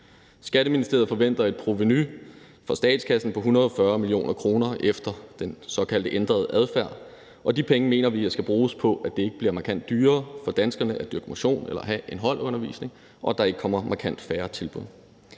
Skatteministeriet forventer et provenu for statskassen på 140 mio. kr. efter den såkaldte ændrede adfærd, og de penge mener vi skal bruges på, at det ikke bliver markant dyrere for danskerne at dyrke motion eller at have holdundervisning, og at der ikke kommer markant færre tilbud.